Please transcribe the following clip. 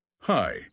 Hi